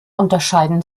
unterscheiden